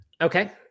Okay